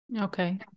Okay